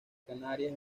canarias